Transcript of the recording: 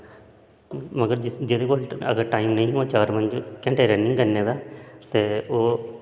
मगर जिस जेह्दे कोल अगर टाइम नेईं होऐ चार पंज घैंटे रनिंग करने दा ते ओह्